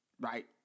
Right